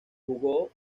jugó